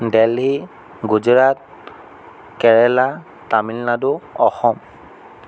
Delhi Gujarat Kerala Tamil Nadu Assam